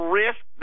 risk